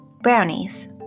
brownies